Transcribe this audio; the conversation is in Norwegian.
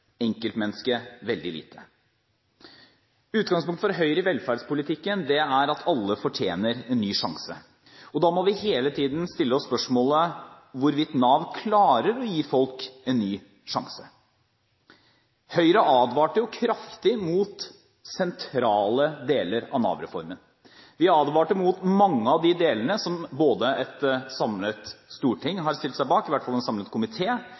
enkeltmennesket veldig lite. Utgangspunktet for Høyre i velferdspolitikken er at alle fortjener en ny sjanse. Da må vi hele tiden stille oss spørsmålet om hvorvidt Nav klarer å gi folk en ny sjanse. Høyre advarte kraftig mot sentrale deler av Nav-reformen. De advarte både mot mange av de delene som et samlet storting har stilt seg bak – i hvert fall en samlet